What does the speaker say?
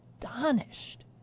astonished